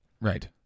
Right